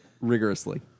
rigorously